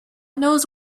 knows